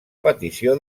petició